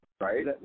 Right